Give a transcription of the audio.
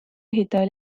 ehitaja